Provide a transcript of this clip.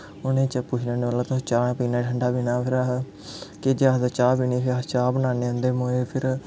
उ'नेंगी पुच्छनें होन्ने तुसें चाह् पीनी ठंडा पाना फिर अस किश आखदे चाह् पीनी अस चेहा बनाने उं'दे मूजब फिर